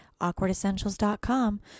awkwardessentials.com